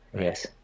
Yes